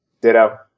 Ditto